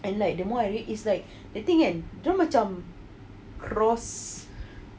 and like the more I read is like thing kan dorang macam cross